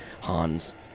Han's